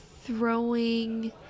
throwing